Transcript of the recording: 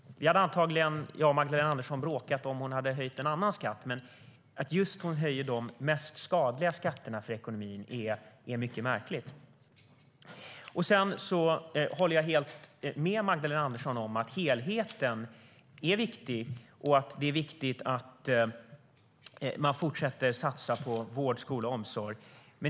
Jag och Magdalena Andersson hade antagligen bråkat om hon hade höjt en annan skatt. Men att hon höjer de mest skadliga skatterna för ekonomin är mycket märkligt. Sedan håller jag helt med Magdalena Andersson om att helheten är viktig och att det är viktigt att man fortsätter satsa på vård, skola och omsorg.